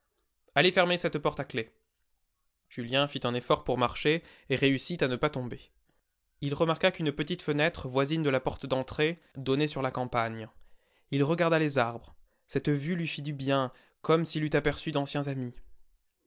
allez fermer cette porte à clef julien fit un effort pour marcher et réussit à ne pas tomber il remarqua qu'une petite fenêtre voisine de la porte d'entrée donnait sur la campagne il regarda les arbres cette vue lui fit du bien comme s'il eût aperçu d'anciens amis